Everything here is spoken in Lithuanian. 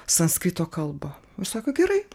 sanskrito kalbą sako gerai